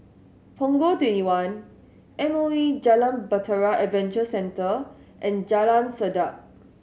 Punggol Twenty one M O E Jalan Bahtera Adventure Centre and Jalan Sedap